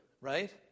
right